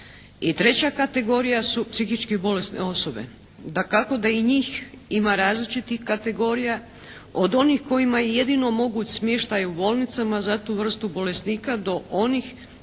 treća kategorija su psihički bolesne osobe. Dakako da i njih ima različitih kategorija, od onih kojima je jedino moguć smještaj u bolnicama za tu vrstu bolesnika, do onih kojima